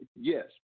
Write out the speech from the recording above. Yes